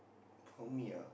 for me ah